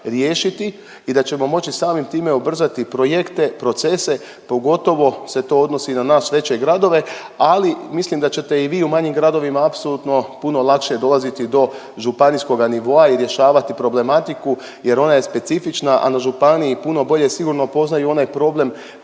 riješiti i da ćemo moći samim time izbrati projekte, procese, pogotovo se to odnosi na nas veće gradove, ali mislim da ćete i vi u manjim gradovima apsolutno puno lakše dolaziti do županijskoga nivoa i rješavati problematiku jer ona je specifična, a na županiji puno bolje sigurno poznaju onaj problem